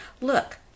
Look